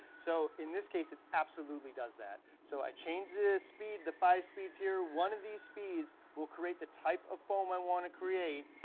so in this case, it absolutely does that. so i changed the speed, the five speeds here. one of these speeds will create the type of foam i wanna create,